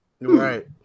Right